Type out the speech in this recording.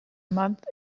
month